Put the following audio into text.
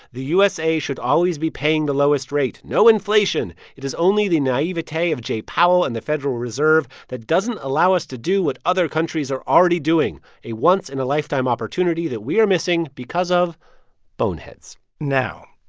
the usa should always be paying the lowest rates no inflation. it is only the naivete of jay powell and the federal reserve that doesn't allow us to do what other countries are already doing, a once-in-a-lifetime opportunity that we are missing because of boneheads now,